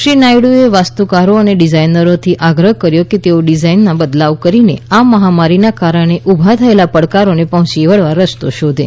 શ્રી નાયડુએ વાસ્તુકારો અને ડિઝાઇનરોથી આગ્રહ કર્યો કે તેઓ ડિઝાઇનમાં બદલાવ કરીને આ મહામારીના કારણે ઊભા થયેલા પડકારોને પહોંચી વળવા રસ્તો શોધે